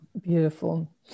Beautiful